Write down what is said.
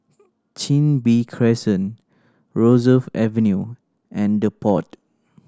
Chin Bee Crescent Rosyth Avenue and The Pod